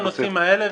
גם בנושאים האלה,